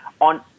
on